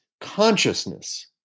consciousness